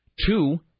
Two